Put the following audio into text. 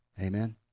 Amen